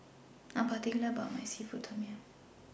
I Am particular about My Seafood Tom Yum